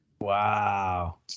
Wow